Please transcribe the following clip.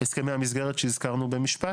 הסכמי המסגרת שהזכרנו במשפט.